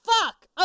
fuck